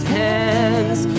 hands